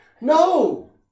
No